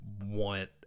want